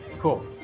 Cool